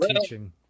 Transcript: teaching